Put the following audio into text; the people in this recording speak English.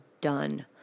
done